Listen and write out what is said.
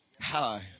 Hi